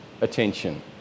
attention